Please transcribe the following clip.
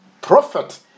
Prophet